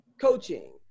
coaching